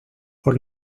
por